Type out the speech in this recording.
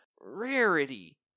rarity